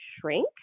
shrink